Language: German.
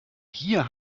hier